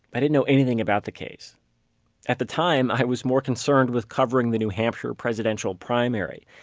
but didn't know anything about the case at the time i was more concerned with covering the new hampshire presidential primary.